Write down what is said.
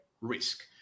risk